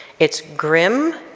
it's grim,